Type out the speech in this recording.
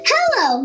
Hello